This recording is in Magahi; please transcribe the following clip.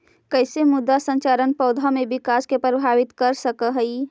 कईसे मृदा संरचना पौधा में विकास के प्रभावित कर सक हई?